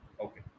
okay